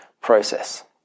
process